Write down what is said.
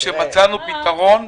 מצאנו פתרון,